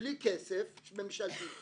בלי כסף ממשלתי.